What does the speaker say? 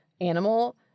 animal